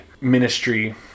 Ministry